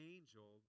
Angel